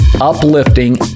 uplifting